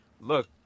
Look